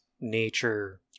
nature